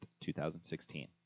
2016